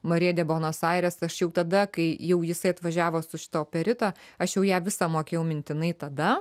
marija debonos airės aš jau tada kai jau jisai atvažiavo su šita operita aš jau ją visą mokėjau mintinai tada